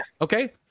Okay